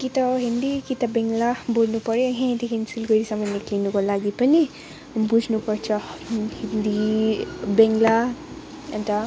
कि त हिन्दी कि त बङ्गला बोल्नु पर्यो यहीँदेखि सिलगढीसम्म निक्लिनुको लागि पनि बुझ्नु पर्छ हिन्दी बङ्गला अन्त